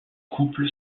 couple